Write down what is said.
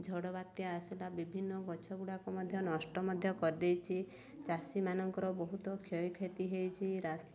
ଝଡ଼ ବାତ୍ୟା ଆସିଲା ବିଭିନ୍ନ ଗଛଗୁଡ଼ାକ ମଧ୍ୟ ନଷ୍ଟ ମଧ୍ୟ କରିଦେଇଛି ଚାଷୀମାନଙ୍କର ବହୁତ କ୍ଷୟକ୍ଷତି ହେଇଛି ରାସ୍